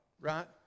right